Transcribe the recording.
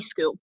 school